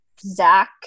Zach